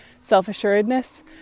self-assuredness